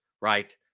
right